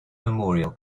memorial